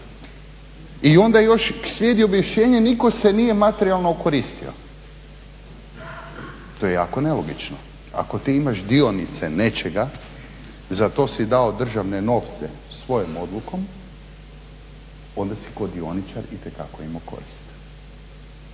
I onda još slijedi objašnjenje nitko se nije materijalno okoristio. To je jako nelogično. Ako ti imaš dionice nečega, za to si dao državne novce svojom odlukom, onda si kao dioničar itekako imao koristi.